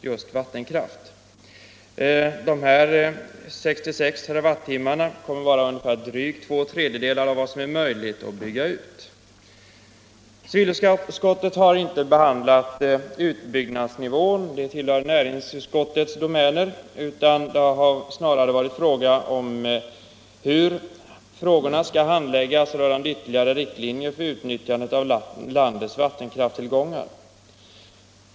Dessa 66 TWh kommer att motsvara drygt två tredjedelar av vad som är möjligt att bygga ut. Civilutskottet har inte behandlat utbyggnadsnivån. Det tillhör näringsutskottets domäner. För oss har det varit fråga om hur handläggningen skall ske rörande ytterligare riktlinjer för utnyttjandet av landets vattenkraftstillgångar.